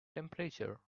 temperature